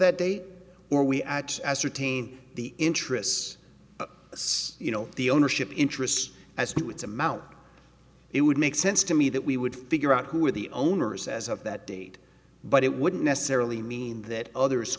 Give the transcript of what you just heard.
that day or we ascertain the interests you know the ownership interests as we would see him out it would make sense to me that we would figure out who are the owners as of that date but it wouldn't necessarily mean that others